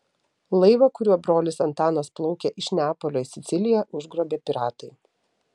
laivą kuriuo brolis antanas plaukė iš neapolio į siciliją užgrobė piratai